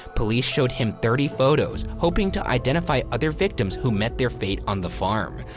police showed him thirty photos, hoping to identify other victims who met their fate on the farm.